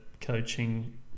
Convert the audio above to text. coaching